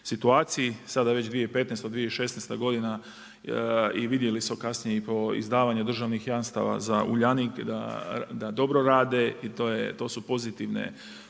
sada već 2015., 2016. godina i vidjeli smo kasnije po izdavanju državnih jamstava za Uljanik da dobro rade i to su pozitivne